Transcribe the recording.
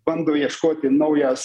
bando ieškoti naujas